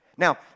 Now